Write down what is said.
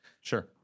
Sure